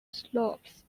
slopes